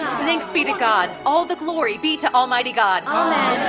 thanks be to god! all the glory be to almighty god! amen!